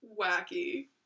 Wacky